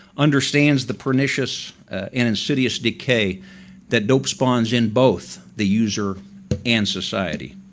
understands the pernicious and insidious decay that dope spawns in both the user and society.